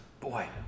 boy